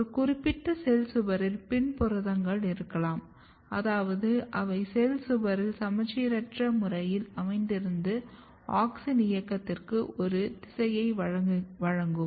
ஒரு குறிப்பிட்ட செல் சுவரில் PIN புரதங்கள் இருக்கலாம் அதாவது அவை செல் சுவரில் சமச்சீரற்ற முறையில் அமைந்திருந்து ஆக்ஸின் இயக்கத்திற்கு ஒரு திசையை வழங்கும்